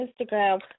Instagram